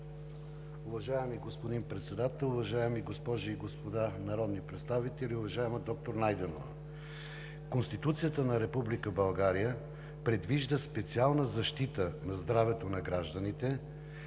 Уважаеми господин Председател, уважаеми госпожи и господа народни представители, уважаема доктор Найденова! Конституцията на Република България предвижда специална защита на здравето на гражданите,